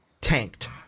tanked